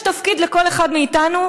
יש תפקיד לכל אחד מאיתנו,